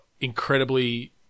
incredibly